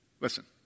listen